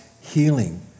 healing